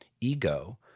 ego